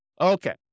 Okay